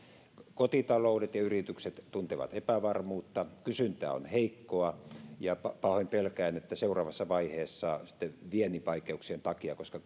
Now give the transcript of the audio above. kotitaloudet ja yritykset tuntevat epävarmuutta kysyntä on heikkoa ja pahoin pelkään että seuraavassa vaiheessa sitten viennin vaikeuksien takia koska